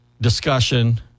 discussion